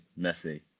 Messi